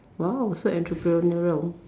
!wow! so entrepreneurial